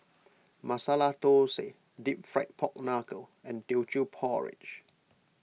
Masala Thosai Deep Fried Pork Knuckle and Teochew Porridge